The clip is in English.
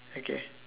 okay